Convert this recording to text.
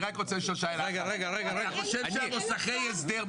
אני רק רוצה לשאול שאלה: מוסכי הסדר,